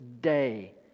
day